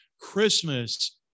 Christmas